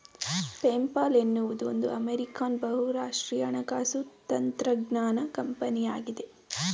PayPal ಎನ್ನುವುದು ಒಂದು American ಬಹುರಾಷ್ಟ್ರೀಯ ಹಣಕಾಸು ತಂತ್ರಜ್ಞಾನ ಕಂಪನಿಯಾಗಿದೆ